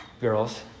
Girls